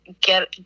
get